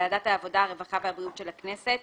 ולוועדת העבודה הרווחה והבריאות של הכנסת